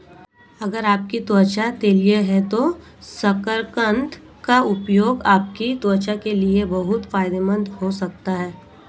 अगर आपकी त्वचा तैलीय है तो शकरकंद का उपयोग आपकी त्वचा के लिए बहुत फायदेमंद हो सकता है